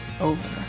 over